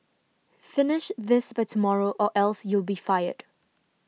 finish this by tomorrow or else you'll be fired